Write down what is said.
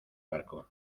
barco